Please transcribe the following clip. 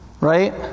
right